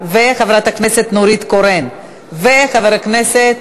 ועוברת לוועדת הכספים להכנה לקריאה שנייה ושלישית.